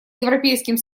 европейским